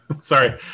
Sorry